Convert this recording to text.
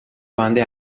bande